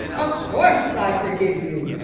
of course i forgive you.